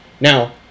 Now